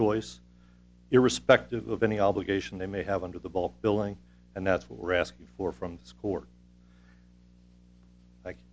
choice irrespective of any obligation they may have under the ball billing and that's what we're asking for from